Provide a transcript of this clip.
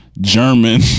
German